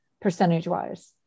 percentage-wise